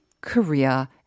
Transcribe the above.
Korea